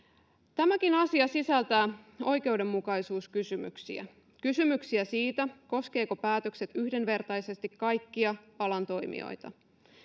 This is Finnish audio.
tämäkin asia sisältää oikeudenmukaisuuskysymyksiä kysymyksiä siitä koskevatko päätökset yhdenvertaisesti kaikkia alan toimijoita